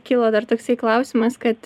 kilo dar toksai klausimas kad